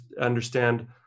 understand